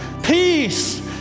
Peace